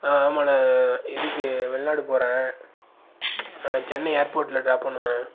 ஆ ஆமாண்ண இதுக்கு வெளிநாடு போறேன் சென்னை ஏர்போர்டில் ட்ராப் பண்ணுண்ண